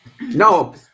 No